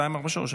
בבקשה.